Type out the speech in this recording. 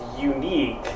unique